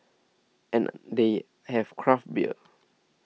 and they have craft beer